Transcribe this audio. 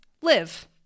live